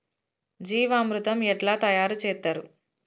జీవామృతం ఎట్లా తయారు చేత్తరు?